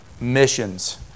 missions